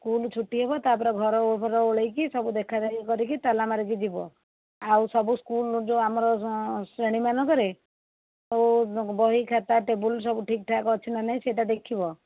school ଛୁଟି ହେବ ତାପରେ ଘର ଫର ଓଳାଇକି ସବୁ ଦେଖା ଦେଖି କରିକି ତାଲା ମାରିକି ଯିବ ଆଉ ସବୁ ସ୍କୁଲ ଯେଉଁ ଆମର ଶ୍ରେଣୀମାନଙ୍କରେ ସବୁ ବହିଖାତା ଟେବୁଲ ସବୁ ଠିକ୍ ଠାକ୍ ଅଛି ନା ନାଇଁ ସେଇଟା ଦେଖିବ